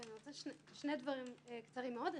שני דברים קצרים מאוד.